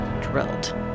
drilled